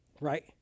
right